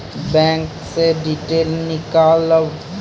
Bank से detail नीकालव?